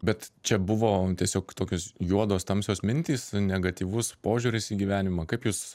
bet čia buvo tiesiog tokios juodos tamsios mintys negatyvus požiūris į gyvenimą kaip jūs